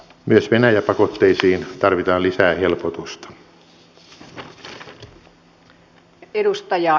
myös venäjä pakotteisiin tarvitaan lisää helpotusta